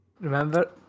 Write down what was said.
Remember